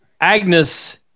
Agnes